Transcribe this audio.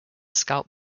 scalp